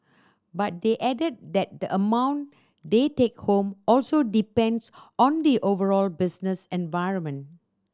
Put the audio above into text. but they added that the amount they take home also depends on the overall business environment